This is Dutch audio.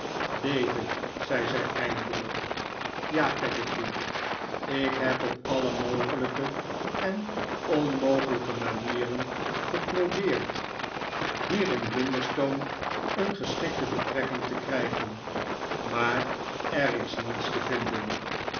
david zei zij eindelijk ja peggotty ik heb op alle mogelijke en onmogelijke manieren geprobeerd hier in blunderstone een geschikte betrekking te krijgen maar er is niets te vinden